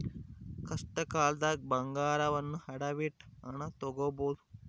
ಕಷ್ಟಕಾಲ್ದಗ ಬಂಗಾರವನ್ನ ಅಡವಿಟ್ಟು ಹಣ ತೊಗೋಬಹುದು